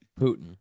Putin